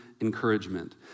Encouragement